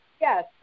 Yes